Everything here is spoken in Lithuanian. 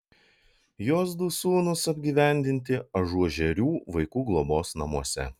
jos du sūnūs apgyvendinti ažuožerių vaikų globos namuose